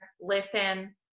listen